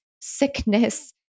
sickness